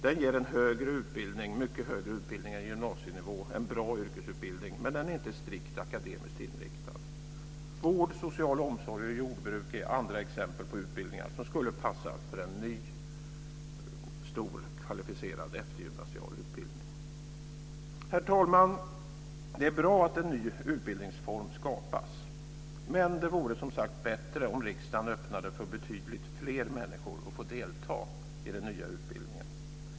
Den ger en mycket högre utbildning än man får på gymnasienivå - en bra yrkesutbildning - men den är inte strikt akademiskt inriktad. Vård, social omsorg och jordbruk är andra exempel på områden som skulle passa för en ny stor kvalificerad eftergymnasial utbildning. Herr talman! Det är bra att en ny utbildningsform skapas, men det vore som sagt bättre om riksdagen öppnade för betydligt fler människor att få delta i den nya utbildningen.